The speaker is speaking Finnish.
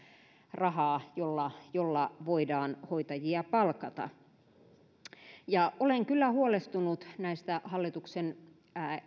rahaa jolla jolla voidaan palkata hoitajia ja olen kyllä huolestunut näistä hallituksen